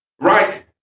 Right